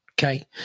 Okay